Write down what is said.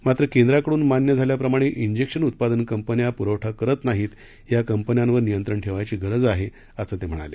मात्र केंद्राकडून मान्य झाल्याप्रमाणे इंजेक्शन उत्पादन कंपन्या पुरवठा करत नाहीत या कंपन्यांवर नियंत्रण ठेवायची गरज आहे असं ते म्हणाले